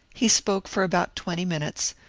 he spoke for about twenty minutes,